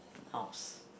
house